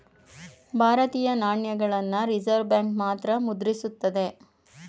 ಭಾರತೀಯ ನಾಣ್ಯಗಳನ್ನ Reserve Bank ಮಾತ್ರ ಮುದ್ರಿಸುತ್ತದೆ